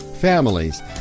families